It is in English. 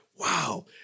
wow